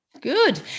Good